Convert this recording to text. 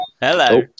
hello